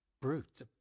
brute